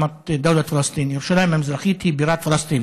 ומתרגם:) שירושלים המזרחית היא בירת פלסטין.